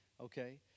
okay